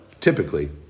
typically